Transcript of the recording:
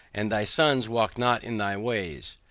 and thy sons walk not in thy ways,